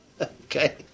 Okay